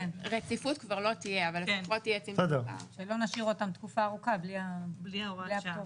רציפות כבר לא תהיה אבל לא נשאיר אותם תקופה ארוכה בלי הוראת שעה.